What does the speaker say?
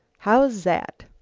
how's zat?